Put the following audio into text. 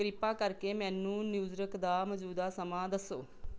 ਕਿਰਪਾ ਕਰਕੇ ਮੈਨੂੰ ਨਿਊਯਾਰਕ ਦਾ ਮੌਜੂਦਾ ਸਮਾਂ ਦੱਸੋ